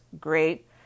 Great